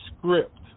script